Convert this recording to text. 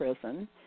prison